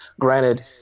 Granted